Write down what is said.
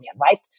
right